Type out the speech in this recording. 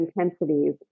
intensities